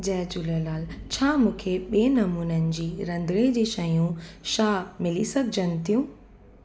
जय झूलेलाल छा मूंखे ॿिए नमूने जी रंधिणे जूं शयूं शइ मिली सघजनि थियूं